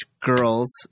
Girls